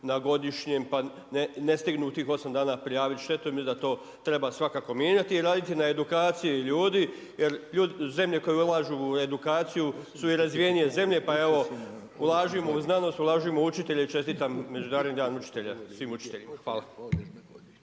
na godišnjem, pa ne stignu u tih 8 dana prijaviti štetu i mislim da to treba svakako mijenjati i raditi na edukaciji ljudi jer zemlje koje ulažu u edukaciju su i razvijenije zemlje, pa evo ulažimo u znanost, ulažimo u učitelje i čestitam Međunarodni dan učitelja svim učiteljima. Hvala.